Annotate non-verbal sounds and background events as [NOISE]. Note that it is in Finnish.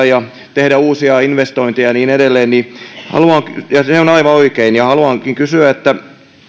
[UNINTELLIGIBLE] ja tehdä uusia investointeja ja niin edelleen ja se on aivan oikein haluankin kysyä